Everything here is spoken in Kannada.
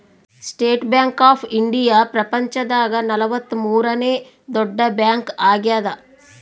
ಸ್ಟೇಟ್ ಬ್ಯಾಂಕ್ ಆಫ್ ಇಂಡಿಯಾ ಪ್ರಪಂಚ ದಾಗ ನಲವತ್ತ ಮೂರನೆ ದೊಡ್ಡ ಬ್ಯಾಂಕ್ ಆಗ್ಯಾದ